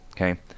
okay